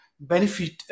Benefit